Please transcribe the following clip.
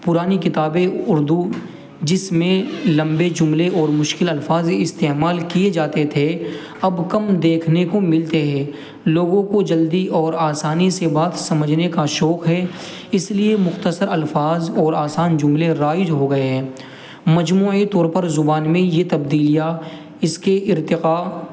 پرانی کتابیں اردو جس میں لمبے جملے اور مشکل الفاظ استعمال کیے جاتے تھے اب کم دیکھنے کو ملتے ہیں لوگوں کو جلدی اور آسانی سے بات سمجھنے کا شوق ہے اس لیے مختصر الفاظ اور آسان جملے رائج ہو گئے ہیں مجموعی طور پر زبان میں یہ تبدیلیاں اس کے ارتقاء